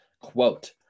Quote